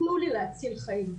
תנו לי להציל חיים.